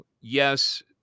yes